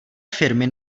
firmy